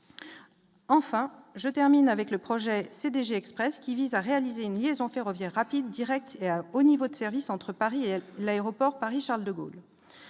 enfin, je termine avec le projet CDG Express qui vise à réaliser une liaison ferroviaire rapide Direct au niveau de service entre Paris et l'aéroport Paris-Charles-de-Gaulle